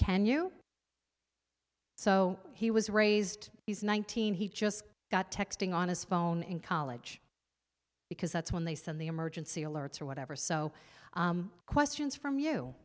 can you so he was raised he's nineteen he just got texting on his phone in college because that's when they send the emergency alerts or whatever so questions from you